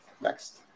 Next